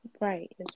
Right